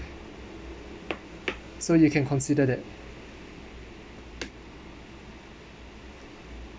so you can consider that